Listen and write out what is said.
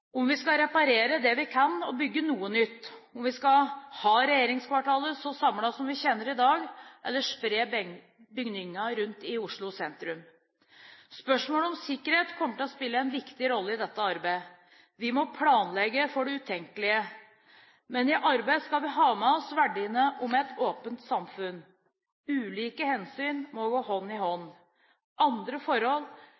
om vi skal reparere det vi kan og bygge noe nytt, om vi skal ha regjeringskvartalet så samlet som vi kjenner det i dag, eller spre bygningene rundt i Oslo sentrum. Spørsmålet om sikkerhet kommer til å spille en viktig rolle i dette arbeidet. Vi må planlegge for det utenkelige. Men i arbeidet skal vi ha med oss verdiene om et åpent samfunn. Ulike hensyn må gå hånd i hånd.